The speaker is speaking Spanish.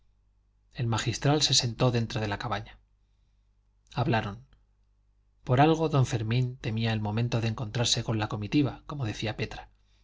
el magistral se sentó dentro de la cabaña hablaron por algo don fermín temía el momento de encontrarse con la comitiva como decía petra